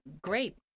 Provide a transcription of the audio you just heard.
great